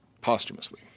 posthumously